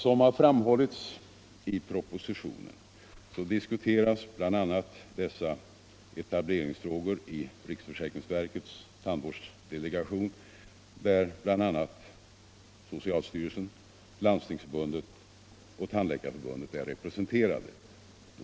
Som har framhållits i propositionen diskuteras bl.a. dessa etableringsfrågor i riksförsäkringsverkets tandvårdsdelegation, där både socialstyrelsen, Landstingsförbundet och Tandläkarförbundet är representerade.